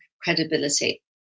credibility